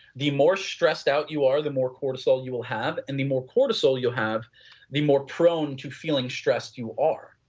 the more stressed out you are the more cortisol you will have and the more cortisol you have the more prone to feeling stressed you are.